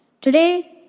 Today